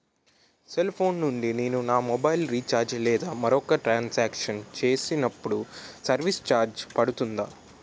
Cell phone నుండి నేను నా మొబైల్ రీఛార్జ్ లేదా మరొక ట్రాన్ సాంక్షన్ చేసినప్పుడు సర్విస్ ఛార్జ్ పడుతుందా?